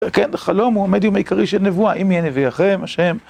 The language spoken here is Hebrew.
כן, החלום הוא המדיום העיקרי של נבואה, אם יהיה נביא לכם השם.